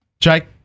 Jake